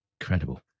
Incredible